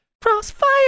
Crossfire